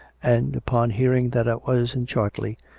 and, upon hearing that i was in chartlcy,